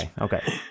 okay